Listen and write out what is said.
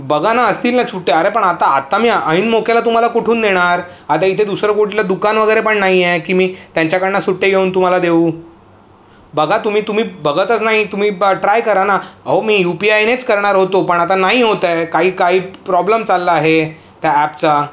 बघा ना असतील ना सुटे अरे पण आता आता मी ऐन मोक्याला तुम्हाला कुठून देणार आता इथे दुसरं कुठलं दुकान वगैरे पण नाही आहे की मी त्यांच्याकडून सुटे घेऊन तुम्हाला देऊ बघा तुम्ही तुम्ही बघतच नाही तुम्ही ब ट्राय करा ना अहो मी यू पी आयनेच करणार होतो पण आता नाही होतं आहे काही काही प्रॉब्लेम चालला आहे त्या ॲपचा